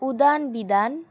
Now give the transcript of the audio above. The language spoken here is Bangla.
উদান বিদান